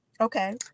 Okay